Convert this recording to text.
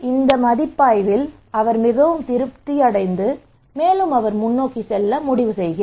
இந்த மதிப்பாய்வில் அவர் மிகவும் திருப்தி அடைந்தார் மேலும் அவர் முன்னோக்கி செல்ல முடிவு செய்தார்